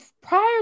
prior